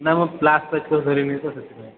ନା ମୁଁ ପ୍ଲାସ୍ ଧରିନି ସେଥିପାଇଁ